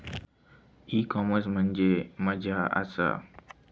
E commerce म्हणजे मझ्या आसा?